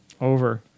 Over